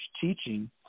teaching